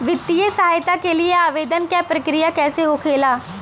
वित्तीय सहायता के लिए आवेदन क प्रक्रिया कैसे होखेला?